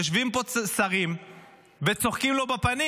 יושבים פה שרים וצוחקים לו בפנים.